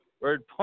Word